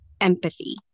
empathy